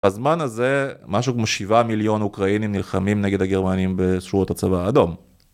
בזמן הזה, משהו כמו 7 מיליון אוקראינים נלחמים נגד הגרמנים בשורות הצבא האדום.